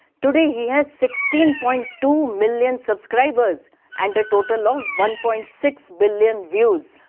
today he has sixteen point two million subscribers and a total of one point six billion views